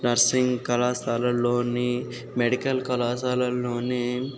nursing కళాశాలలోని medical కళాశాలలోని